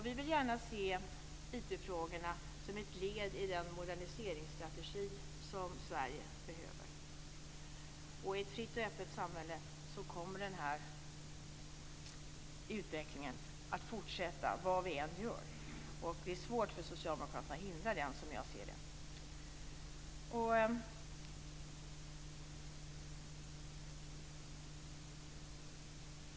Vi vill gärna se IT-frågorna som ett led i den moderniseringsstrategi som Sverige behöver. I ett fritt och öppet samhälle kommer denna utveckling att fortsätta, vad vi än gör. Det är som jag ser det svårt för Socialdemokraterna att hindra den.